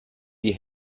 die